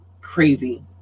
crazy